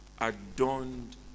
adorned